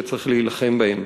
שצריך להילחם בהן.